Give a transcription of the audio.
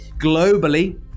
Globally